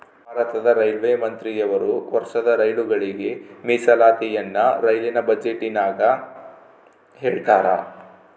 ಭಾರತದ ರೈಲ್ವೆ ಮಂತ್ರಿಯವರು ವರ್ಷದ ರೈಲುಗಳಿಗೆ ಮೀಸಲಾತಿಯನ್ನ ರೈಲಿನ ಬಜೆಟಿನಗ ಹೇಳ್ತಾರಾ